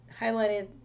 highlighted